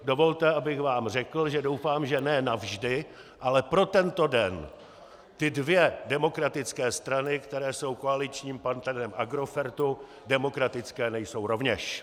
Dovolte, abych vám řekl, že doufám, že ne navždy, ale pro tento den, ty dvě demokratické strany, které jsou koaličním partnerem Agrofertu, demokratické nejsou rovněž.